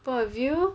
point of view